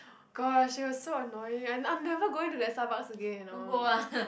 gosh it was so annoying ah and I'm never going to that Starbucks again you know